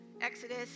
Exodus